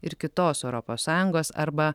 ir kitos europos sąjungos arba